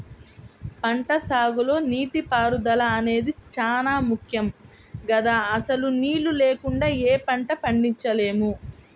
పంటసాగులో నీటిపారుదల అనేది చానా ముక్కెం గదా, అసలు నీళ్ళు లేకుండా యే పంటా పండించలేము